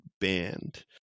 band